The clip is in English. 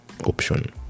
Option